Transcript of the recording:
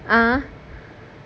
ah